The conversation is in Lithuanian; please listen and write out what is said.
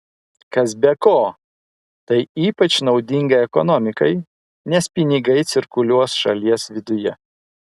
kas be ko tai ypač naudinga ekonomikai nes pinigai cirkuliuos šalies viduje